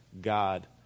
God